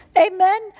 Amen